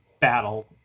battle